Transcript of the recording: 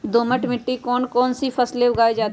दोमट मिट्टी कौन कौन सी फसलें उगाई जाती है?